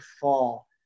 fall